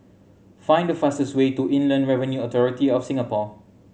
find the fastest way to Inland Revenue Authority of Singapore